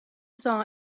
saw